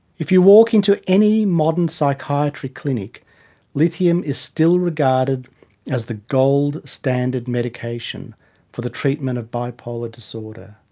if you walk into any modern psychiatry clinic lithium is still regarded as the gold-standard medication for the treatment of bipolar disorder.